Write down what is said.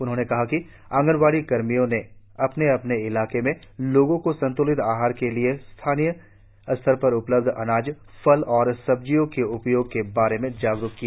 उन्होंने कहा कि आंगनवाड़ी कर्मियों ने अपने अपने इलाकों में लोगों को संत्लित आहार के लिए स्थानीय स्तर पर उपलब्ध अनाज फल और सब्जियों के उपयोग के बारे में जागरुक किया